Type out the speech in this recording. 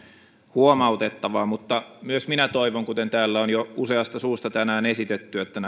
huomautettavaa mutta myös minä toivon kuten täällä on jo useasta suusta tänään esitetty että